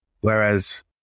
Whereas